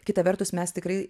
kita vertus mes tikrai